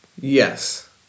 Yes